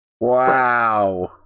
Wow